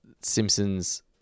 Simpsons